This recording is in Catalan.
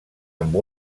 amb